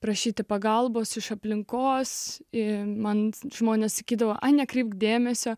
prašyti pagalbos iš aplinkos į man žmonės sakydavo nekreipk dėmesio